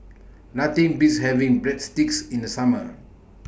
Nothing Beats having Breadsticks in The Summer